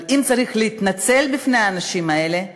אבל אם צריך להתנצל בפני האנשים האלה,